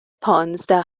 پانزده